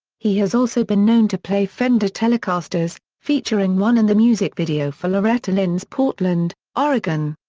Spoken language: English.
he has also been known to play fender telecasters, featuring one in the music video for loretta lynn's portland, oregon.